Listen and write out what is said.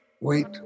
Wait